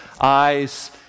eyes